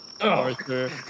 Arthur